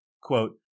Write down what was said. Quote